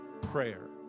prayer